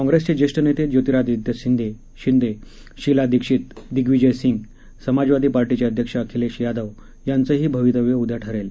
काँग्रेसचे ज्येष्ठ नेते ज्योतिरादित्य शिंदे शीला दीक्षित दिग्विजय सिंह समाजवादी पार्टीचे अध्यक्ष अखिलेश यादव यांचं ही भवितव्य उद्या ठरेल